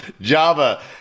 Java